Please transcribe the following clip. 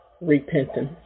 repentance